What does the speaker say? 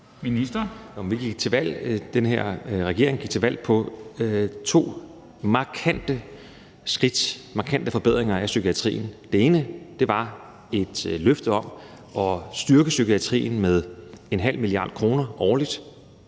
regering gik til valg på at tage to markante skridt, der handlede om markante forbedringer af psykiatrien. Det ene var et løfte om at styrke psykiatrien med 0,5 mia. kr. årligt.